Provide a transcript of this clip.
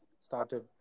started